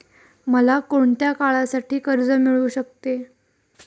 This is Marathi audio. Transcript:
मला कोणत्या काळासाठी कर्ज मिळू शकते?